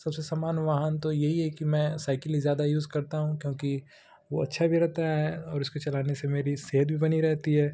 सबसे समान वाहन तो यही है की मैं साइकिल ही ज्यादा यूज करता हूँ अच्छा भी रहता है इसको चलान से मेरी सेहत भी बनी रहती है